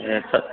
ह त